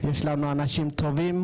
יש לנו אנשים טובים,